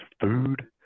food